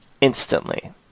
instantly